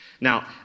Now